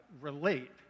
relate